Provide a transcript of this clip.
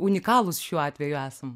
unikalūs šiuo atveju esam